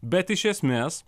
bet iš esmės